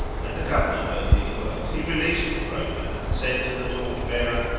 when the governor heard these words he released the broker and said to the torch bearer,